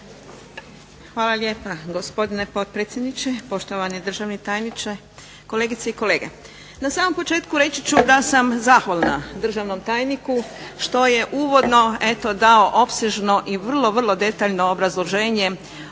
Hvala lijepa gospodine potpredsjedniče, poštovani državni tajniče, kolegice i kolege. Na samom početku reći ću da sam zahvalna državnom tajniku što je uvodno eto dao opsežno i vrlo, vrlo detaljno obrazloženje